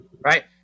right